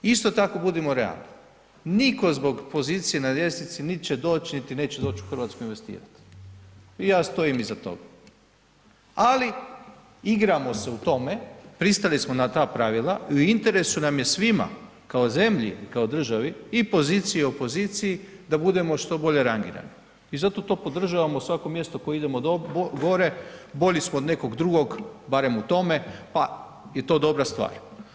Isto tako budimo realni nitko zbog pozicije na ljestvici nit će doć, niti neće doći u Hrvatsku investirat i ja stojim iza toga, ali igramo se u tome, pristali smo na ta pravila i u interesu nam je svima, kao zemlji, kao državi i poziciji i opoziciji da budemo što bolje rangirani i zato to podržavamo svako mjesto koje idemo gore bolji smo od nekog drugog barem u tome pa je to dobra stvar.